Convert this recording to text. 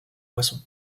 moisson